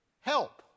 help